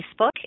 Facebook